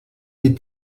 des